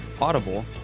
Audible